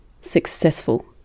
successful